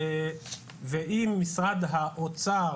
ואם משרד האוצר